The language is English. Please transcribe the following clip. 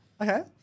Okay